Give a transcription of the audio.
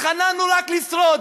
התחננו רק לשרוד.